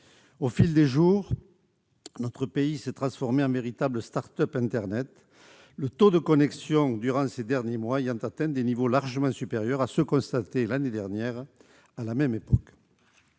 Au fil des jours, notre pays s'est transformé en véritable start-up internet, le taux de connexion, durant ces derniers mois, ayant atteint des niveaux largement supérieurs à ceux constatés l'année dernière à la même époque.